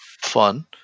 fun